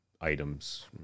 items